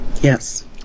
Yes